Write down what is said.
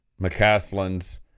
McCaslin's